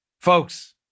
Folks